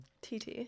TT